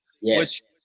Yes